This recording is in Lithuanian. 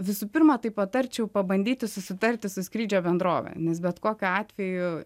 visų pirma tai patarčiau pabandyti susitarti su skrydžio bendrove nes bet kokiu atveju